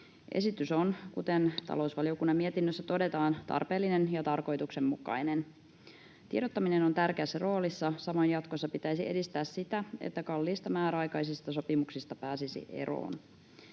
Esitys on, kuten talousvaliokunnan mietinnössä todetaan, tarpeellinen ja tarkoituksenmukainen. Tiedottaminen on tärkeässä roolissa. Samoin jatkossa pitäisi edistää sitä, että kalliista määräaikaisista sopimuksista pääsisi eroon.